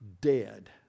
dead